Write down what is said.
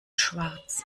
schwarz